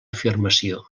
afirmació